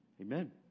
Amen